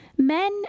Men